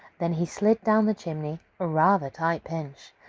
then he slid down the chimney, a rather tight pinch.